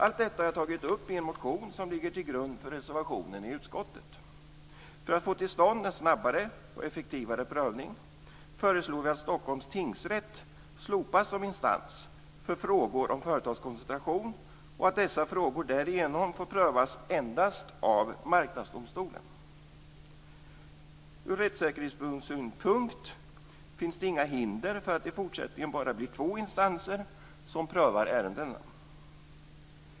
Allt detta har jag tagit upp i en motion som ligger till grund för reservationen i utskottets betänkande. För att få till stånd en snabbare och effektivare prövning föreslår vi att Stockholms tingsrätt slopas som instans för frågor om företagskoncentration och att dessa frågor därigenom får prövas endast av Marknadsdomstolen. Ur rättssäkerhetssynpunkt finns det inga hinder för att det i fortsättningen bara blir två instanser som prövar ärendena.